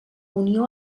unió